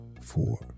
four